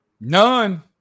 None